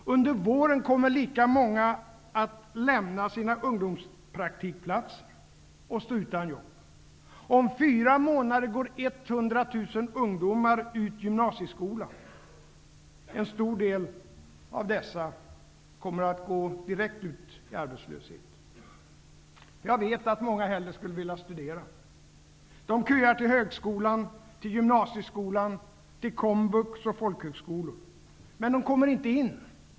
Under våren kommer lika många till att lämna sina ungdomspraktikplatser och stå utan jobb. Om fyra månader går ca 100 000 ungdomar ut gymnasieskolan. En stor del av dem kommer att gå direkt ut i arbetslöshet. Jag vet att många hellre skulle studera. De köar till högskolan, till gymnasieskolan, till Komvux och folkhögskolor, men de kommer inte in.